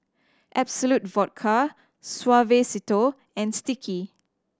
Absolut Vodka Suavecito and Sticky